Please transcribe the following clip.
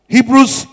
Hebrews